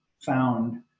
found